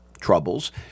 troubles